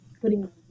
putting